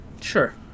Sure